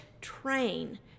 train